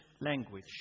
language